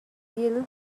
feel